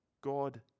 God